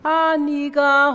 aniga